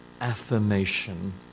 affirmation